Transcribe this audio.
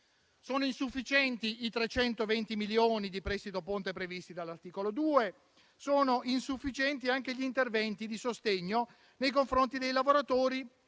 Sono insufficienti i 320 milioni di prestito ponte previsti dall'articolo 2; sono insufficienti anche gli interventi di sostegno nei confronti dei lavoratori